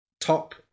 top